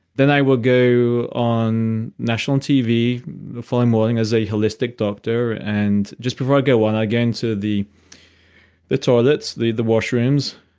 then i will go on national tv the following morning as a holistic doctor and just before i go on, i go into the the toilets, the the washrooms,